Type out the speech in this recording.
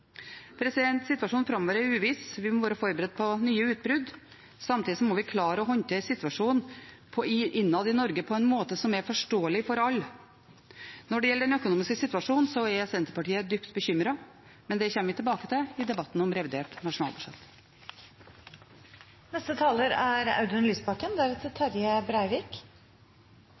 Situasjonen framover er uviss. Vi må være forberedt på nye utbrudd. Samtidig må vi klare å håndtere situasjonen innad i Norge på en måte som er forståelig for alle. Når det gjelder den økonomiske situasjonen er Senterpartiet dypt bekymret, men det kommer vi tilbake til i debatten om revidert nasjonalbudsjett. Jeg vil også takke for redegjørelsen. Det er